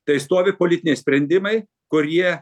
tai stovi politiniai sprendimai kurie